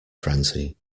frenzy